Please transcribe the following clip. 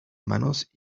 manos